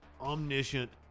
omniscient